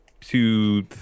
two